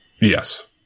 Yes